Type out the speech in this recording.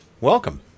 Welcome